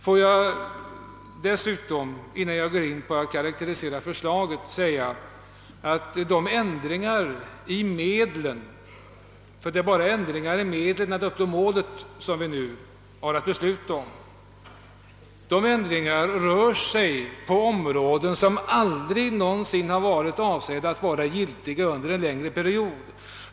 Får jag, innan jag går in på att karakierisera förslaget, framhålla att ändringarna beträffande medlen, ty det vi nu har att besluta om gäller endast ändringar i fråga om medlen att uppnå målet, avser bestämmelser vilka aldrig någonsin varit avsedda att gälla under en längre period.